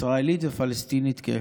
ישראלית ופלסטינית כאחד.